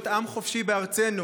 להיות עם חופשי בארצנו,